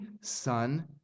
son